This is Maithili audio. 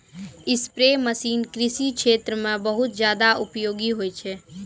स्प्रे मसीन कृषि क्षेत्र म बहुत जादा उपयोगी होय छै